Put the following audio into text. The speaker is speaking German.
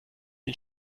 den